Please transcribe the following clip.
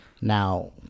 Now